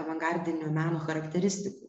avangardinio meno charakteristikų